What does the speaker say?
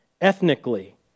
ethnically